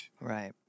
Right